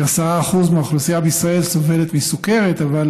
כ-10% מהאוכלוסייה בישראל סובלת מסוכרת, אבל